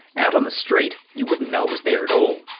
out on the street you wouldn't know it was there at all.